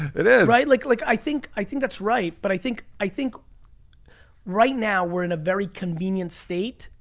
it is. right, like like i think i think that's right. but i think i think right now we're in a very convenient state,